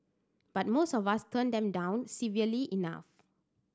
but most of us turn them down civilly enough